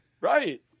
Right